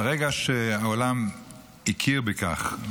ברגע שהעולם הכיר בכך,